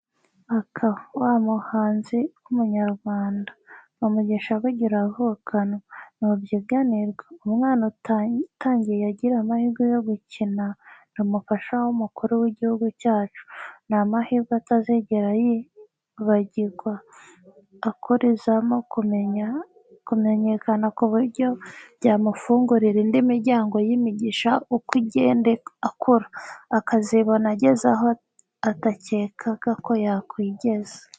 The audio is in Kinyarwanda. Aka wa muhanzi w'Umunyarwanda, umugisha burya uravukanwa, ntubyiganirwa, umwana utangiye agira amahirwe yo gukina n'umufasha w'Umukuru w'igihugu cyacu, ni amahirwe atazigera yibagirwa, akurizamo kumenyekana ku buryo byamufungurira indi miryango y'imigisha uko agenda akura, akazibona ageze aho atakekaga ko yakwigeza.